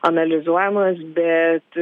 analizuojamas bet